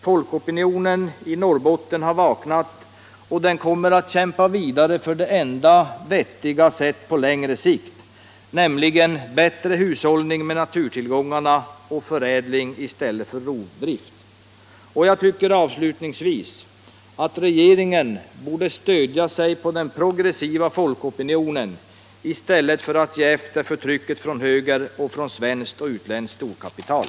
Folkopinionen i Norrbotten har vaknat och kommer att kämpa vidare för det enda vettiga på längre sikt: bättre hushållning med naturtillgångarna, förädling i stället för rovdrift. Regeringen borde stödja sig på den progressiva folkopinionen i stället för att ge efter för trycket från höger och från svenskt och utländskt storkapital.